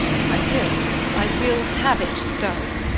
i will i will have it so!